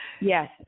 Yes